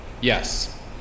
Yes